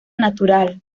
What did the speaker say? natural